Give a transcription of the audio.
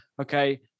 okay